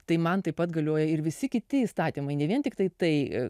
tai man taip pat galioja ir visi kiti įstatymai ne vien tiktai tai